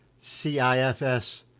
CIFS